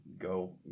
go